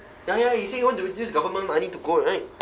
ya ya you say you want to use government money to go right